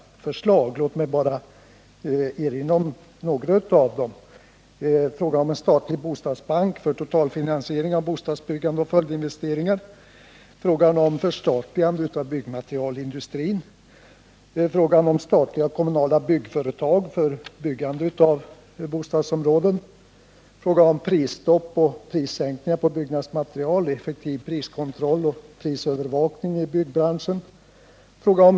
Låt mig erinra om några av dem: En statlig bostadsbank för totalfinansiering av bostadsbyggande och följdinvesteringar. Förstatligande av byggmaterielindustrin. Statliga och kommunala byggföretag för byggande av bostadsområden. Prisstopp och prissänkningar på byggnadsmateriel, effektiv priskontroll och prisövervakning i byggbranschen.